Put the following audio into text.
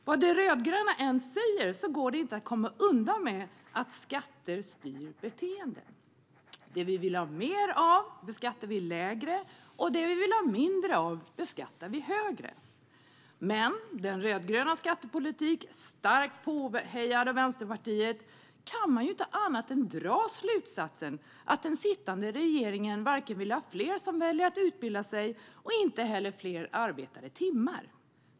Vad de rödgröna än säger går det inte att komma undan att skatter styr beteenden: Det vi vill ha mer av beskattar vi lägre, och det vi vill ha mindre av beskattar vi högre. Med den rödgröna skattepolitiken, starkt påhejad av Vänsterpartiet, kan man inte annat än att dra slutsatsen att den sittande regeringen varken vill ha fler som väljer att utbilda sig eller fler arbetade timmar.